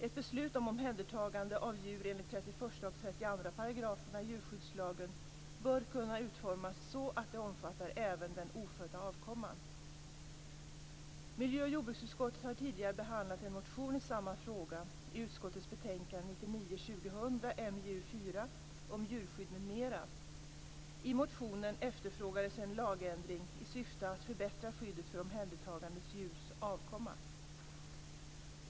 Ett beslut om omhändertagande av djur enligt 31 och 32 §§ djurskyddslagen bör kunna utformas så att det omfattar även den ofödda avkomman. Miljö och jordbruksutskottet har tidigare behandlat en motion i samma fråga i utskottets betänkande 1999 1999:MJU501) efterfrågades en lagändring i syfte att förbättra skyddet för omhändertagna djurs avkomma.